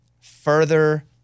further